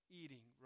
eating